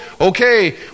Okay